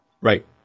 right